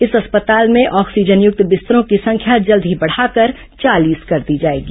इस अस्पताल में ऑक्सीजनयुक्त बिस्तरों की संख्या जल्द ही बढ़ाकर चालीस कर दी जाएगी